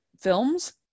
films